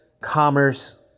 commerce